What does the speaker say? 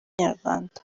nyarwanda